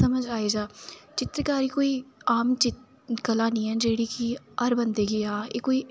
समझ आई जा चित्रकारी कोई आम कला निं ऐ जेह्ड़ा की हर बंदे गी आवै एह् कोई